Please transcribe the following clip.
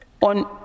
on